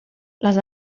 les